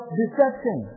deception